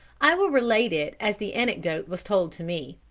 i will relate it as the anecdote was told to me.